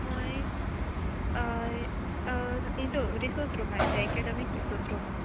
होय हितू रिसोर्स रुमा येताय एकाडेमीक रिसोर्स रुमां